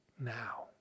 now